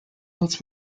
notes